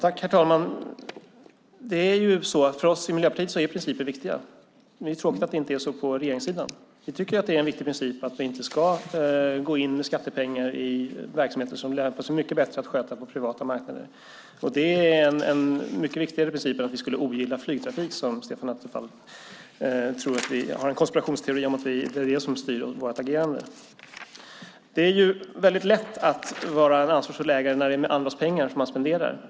Herr talman! För oss i Miljöpartiet är principer viktiga. Det är tråkigt att det inte är så på regeringssidan. Vi tycker att det är en viktig princip att vi inte ska gå in med skattepengar i verksamheter som mycket bättre lämpar sig att skötas av den privata marknaden. Det är en mycket viktigare princip än att vi skulle ogilla flygtrafik; Stefan Attefall tycks ha en konspirationsteori om att det är det som styr vårt agerande. Det är lätt att vara en ansvarsfull ägare när det är andras pengar man spenderar.